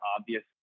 obvious